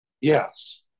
Yes